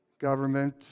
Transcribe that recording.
government